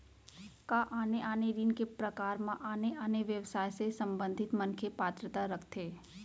का आने आने ऋण के प्रकार म आने आने व्यवसाय से संबंधित मनखे पात्रता रखथे?